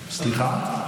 סליחה?